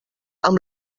amb